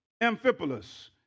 Amphipolis